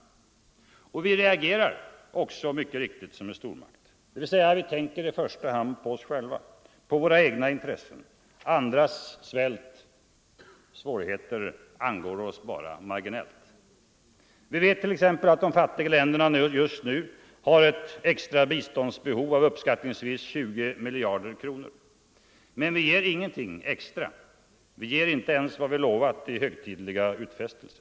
Vi reagerar också mycket riktigt som en stormakt, dvs. vi tänker i första hand på oss själva, på våra egna intressen. Andras svält och svårigheter angår oss bara marginellt. " Vi vet t.ex. att de fattiga länderna just nu har ett extra biståndsbehov på uppskattningsvis 20 miljarder kronor. Men vi ger ingenting extra, Nr 127 vi ger inte ens vad vi lovat i högtidliga utfästelser.